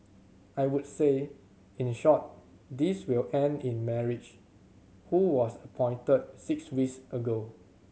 I would say in short this will end in marriage who was appointed six weeks ago